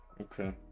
Okay